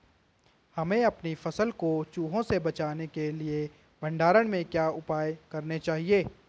हमें अपनी फसल को चूहों से बचाने के लिए भंडारण में क्या उपाय करने चाहिए?